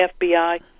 FBI